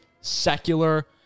secular